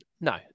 No